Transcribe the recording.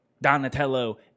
Donatello